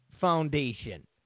Foundation